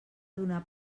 donar